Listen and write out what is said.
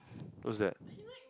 what's that